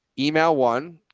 email one.